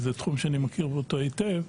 שזה תחום שאני מכיר אותו היטב,